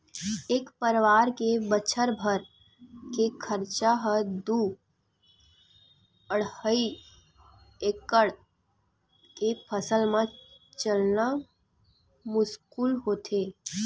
एक परवार के बछर भर के खरचा ह दू अड़हई एकड़ के फसल म चलना मुस्कुल होथे